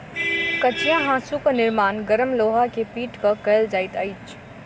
कचिया हाँसूक निर्माण गरम लोहा के पीट क कयल जाइत अछि